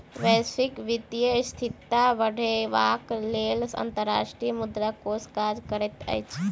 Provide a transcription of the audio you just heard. वैश्विक वित्तीय स्थिरता बढ़ेबाक लेल अंतर्राष्ट्रीय मुद्रा कोष काज करैत अछि